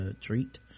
treat